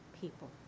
people